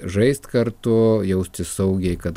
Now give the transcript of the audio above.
žaist kartu jaustis saugiai kad